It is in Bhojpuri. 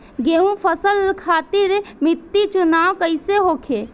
गेंहू फसल खातिर मिट्टी चुनाव कईसे होखे?